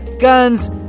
guns